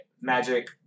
Magic